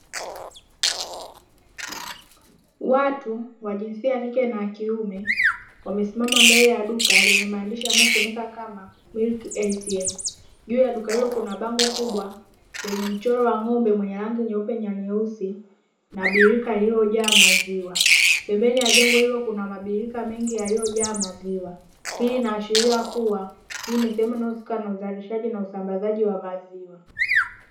Watu wa jinsia ya kike na ya kiume, wamesimama mbele ya duka lenye maandishi yanayosomeka kama “Milk ATM”. Juu ya duka hilo, kuna bango kubwa lenye mchoro wa ng’ombe mwenye rangi nyeupe na nyeusi, na birika lililojaa maziwa. Pembeni ya jengo hilo kuna mabirika mengi yaliyojaa maziwa. Hii inaashiria kuwa hii ni sehemu inayohusika na uzalishaji na usambazaji wa maziwa.